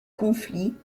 conflit